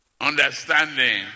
understanding